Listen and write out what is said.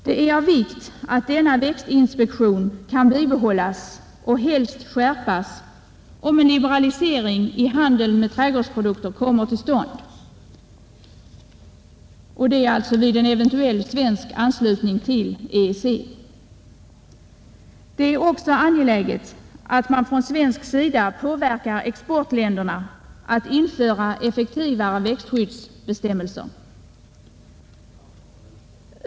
Det är av vikt att denna inspektion kan bibehållas och helst skärpas, om en liberalisering i handeln med trädgårdsprodukter kommer till stånd vid en eventuell svensk anslutning till EEC. Det är också angeläget att man från svensk sida försöker påverka exportländerna att införa effektivare växtskyddsbestämmelser.